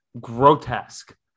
Grotesque